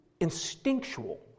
instinctual